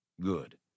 Good